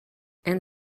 and